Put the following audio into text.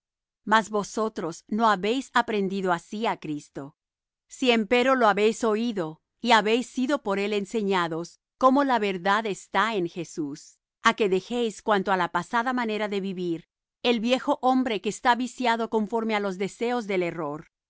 mas vosotros no habéis aprendido así á cristo si empero lo habéis oído y habéis sido por él enseñados como la verdad está en jesús a que dejéis cuanto á la pasada manera de vivir el viejo hombre que está viciado conforme á los deseos de error